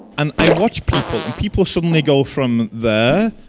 and i watch people and people should only go from there,